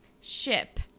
Ship